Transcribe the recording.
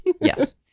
Yes